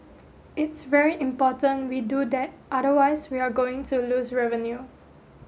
it's very important we do that otherwise we are going to lose revenue